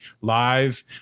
live